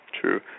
True